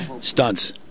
Stunts